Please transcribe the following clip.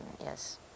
yes